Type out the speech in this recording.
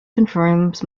confirms